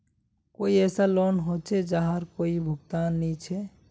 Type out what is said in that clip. कोई ऐसा लोन होचे जहार कोई भुगतान नी छे?